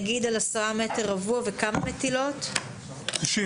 כמה מטילות על 10 מטרים רבועים?